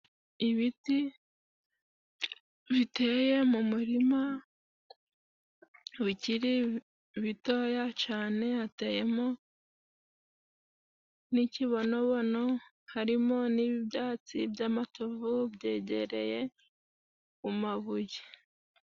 Ibiti biteye mu murima bikiri bitoya cane, hateyemo n'ikibonobono, harimo n'ibyatsi by'amatovu byegereye ku mabuye.